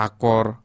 Akor